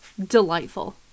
delightful